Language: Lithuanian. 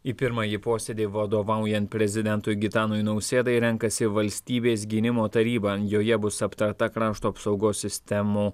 į pirmąjį posėdį vadovaujant prezidentui gitanui nausėdai renkasi valstybės gynimo taryba joje bus aptarta krašto apsaugos sistemų